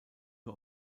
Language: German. nur